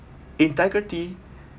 integrity